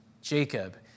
Jacob